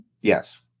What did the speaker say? Yes